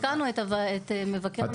בדוח מבקר.